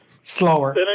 Slower